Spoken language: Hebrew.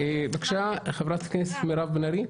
בבקשה, חברת הכנסת מירב בן ארי.